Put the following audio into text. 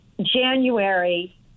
January